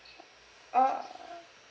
uh